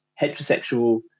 heterosexual